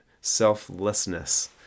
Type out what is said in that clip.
selflessness